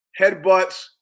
headbutts